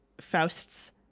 faust's